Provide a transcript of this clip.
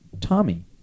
Tommy